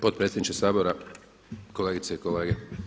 Potpredsjedniče Sabora, kolegice i kolege.